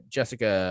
Jessica